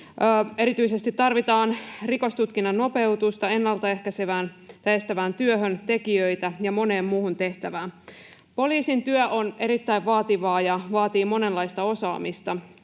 Erityisesti tarvitaan rikostutkinnan nopeutusta ja tekijöitä ennalta ehkäisevään tai estävään työhön ja moneen muuhun tehtävään. Poliisin työ on erittäin vaativaa ja vaatii monenlaista osaamista: